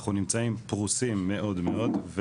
אנחנו נמצאים פרוסים מאוד מאוד.